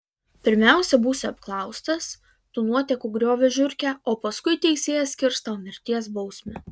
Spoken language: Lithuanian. pirmiausia būsi apklaustas tu nuotekų griovio žiurke o paskui teisėjas skirs tau mirties bausmę